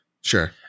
sure